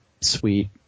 sweet